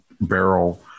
barrel